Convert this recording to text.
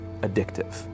addictive